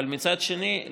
אבל מצד שני,